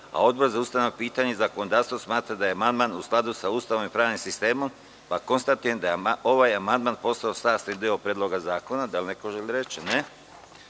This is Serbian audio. a Odbor za ustavna pitanja i zakonodavstvo smatra da je amandman u skladu sa Ustavom i pravnim sistemom, pa konstatujem da je ovaj amandman postao sastavni deo Predloga zakona. Da li neko želi reč?